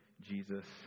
Jesus